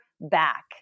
back